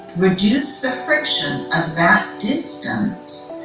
reduce the friction of that distance,